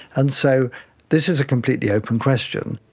and so this is a completely open question.